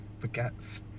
Baguettes